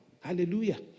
Hallelujah